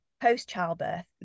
post-childbirth